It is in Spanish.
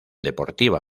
deportiva